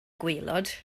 gwaelod